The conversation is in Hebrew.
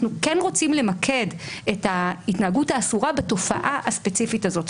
אנחנו כן רוצים למקד את ההתנהגות האסורה בתופעה הספציפית הזאת,